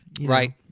Right